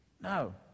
No